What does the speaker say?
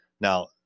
Now